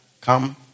Come